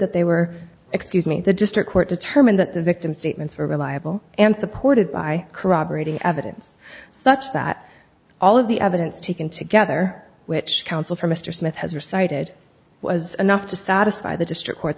that they were excuse me the district court determined that the victim statements were reliable and supported by corroborating evidence such that all of the evidence taken together which counsel for mr smith has or cited was enough to satisfy the district court